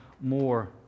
more